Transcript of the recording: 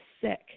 sick